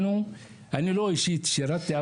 אני אישית לא שירתי,